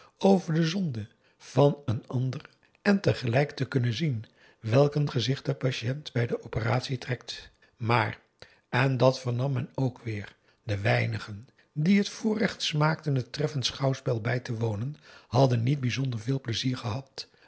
over de zonde van een ander en tegelijk te kunnen zien welk een gezicht de patiënt bij de operatie trekt maar en dat vernam men ook weêr de weinigen die het voorrecht smaakten het treffend schouwspel bij te wonen hadden niet bijzonder veel pleizier gehad